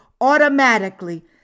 automatically